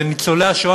וניצולי השואה,